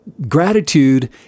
Gratitude